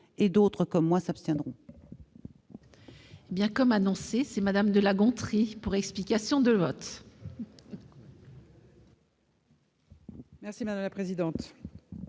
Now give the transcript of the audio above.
et d'autres, comme moi, s'abstiendront.